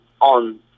on